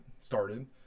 started